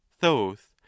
thoth